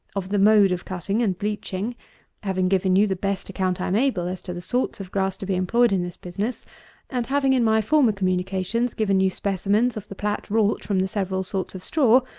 of the mode of cutting and bleaching having given you the best account i am able, as to the sorts of grass to be employed in this business and having, in my former communications, given you specimens of the plat wrought from the several sorts of straw,